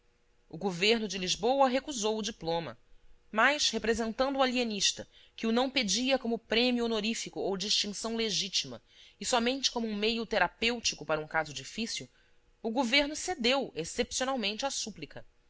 o governo de lisboa recusou o diploma mas representando o alienista que o não pedia como prêmio honorífico ou distinção legitima e somente como um meio terapêutico para um caso difícil o governo cedeu excepcionalmente à súplica